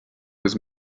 was